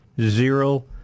zero